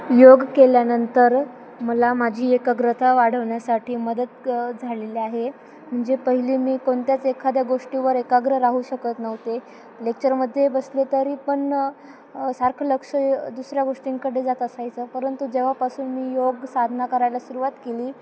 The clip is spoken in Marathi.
योग केल्यानंतर मला माझी एकाग्रता वाढवण्यासाठी मदत क झालेली आहे म्हणजे पहिली मी कोणत्याच एखाद्या गोष्टीवर एकाग्र राहू शकत नव्हते लेक्चरमध्ये बसले तरी पण सारखं लक्ष दुसऱ्या गोष्टींकडे जात असायचं परंतु जेव्हापासून मी योग साधना करायला सुरुवात केली